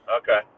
Okay